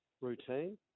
routine